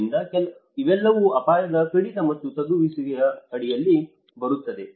ಆದ್ದರಿಂದ ಇವೆಲ್ಲವೂ ಅಪಾಯದ ಕಡಿತ ಮತ್ತು ತಗ್ಗಿಸುವಿಕೆಯ ಅಡಿಯಲ್ಲಿ ಬರುತ್ತದೆ